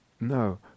no